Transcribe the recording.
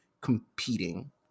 competing